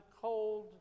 cold